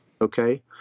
Okay